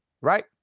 right